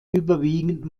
überwiegend